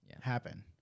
happen